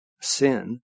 sin